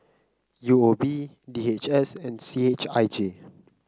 U O B D H S and C H I J